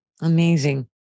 amazing